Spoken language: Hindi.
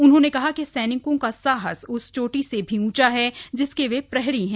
उन्होंने कहा कि सैनिकों का साहस उस चोटी से भी ऊंचा है जिसके वे प्रहरी हैं